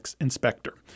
inspector